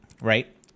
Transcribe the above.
Right